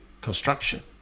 construction